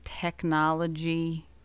technology